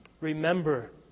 Remember